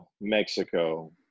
Mexico